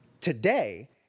today